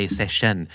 session